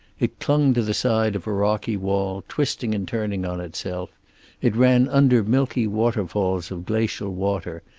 it clung to the side of a rocky wall, twisting and turning on itself it ran under milky waterfalls of glacial water,